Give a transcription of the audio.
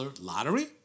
lottery